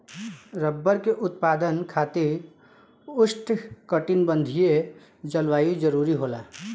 rubber के उत्पादन खातिर उष्णकटिबंधीय जलवायु जरुरी होला